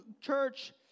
church